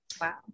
wow